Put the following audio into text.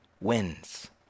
wins